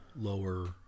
lower